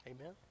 Amen